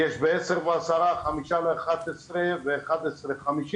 יש ב-22:10, 22:55 ו-23:50,